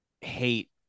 hate